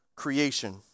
creation